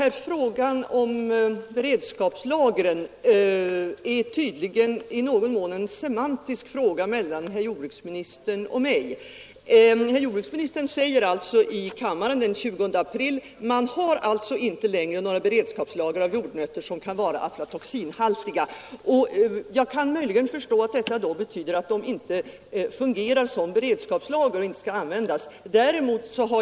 rågan om beredskapslagren som herr jordbruksministern och jag diskuterar är tydligen en semantisk fråga. Jordbruksministern sade den 20 april i kammaren: ”Man har alltså inte längre några beredskapslager av jordnötter som kan vara aflatoxinhaltiga ———.” Jag kan möjligen tänka mig att detta då betyder att de inte fungerar som beredskapslager och inte skall användas.